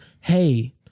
hey